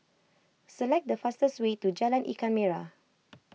select the fastest way to Jalan Ikan Merah